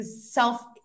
self